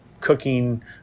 cooking